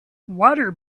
water